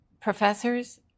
professors